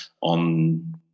on